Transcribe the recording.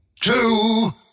two